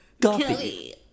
Kelly